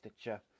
Stitcher